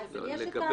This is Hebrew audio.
אז יש את הנוהל הזה.